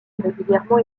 régulièrement